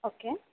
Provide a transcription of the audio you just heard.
okay